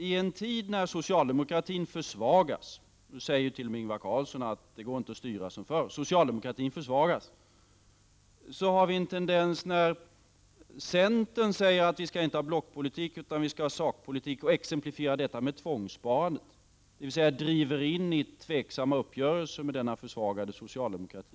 I en tid då socialdemokratin försvagas — t.o.m. Ingvar Carlsson säger att det inte går att styra som förr — är tydligen tendensen att centern inte vill föra blockpolitik, utan sakpolitik. Olof Johansson exemplifierar detta med tvångssparande och träffar tveksamma uppgörelser med denna försvagade socialdemokrati.